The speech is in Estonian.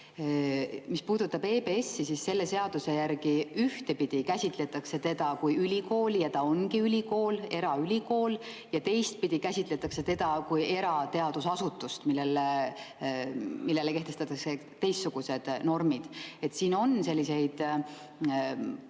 Mis puudutab EBS-i, siis selle seaduse järgi ühtpidi käsitletakse seda kui ülikooli, ja ta ongi ülikool, eraülikool, ja teistpidi käsitletakse teda kui erateadusasutust, millele kehtestatakse teistsugused normid. Siin on selliseid